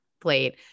plate